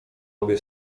obie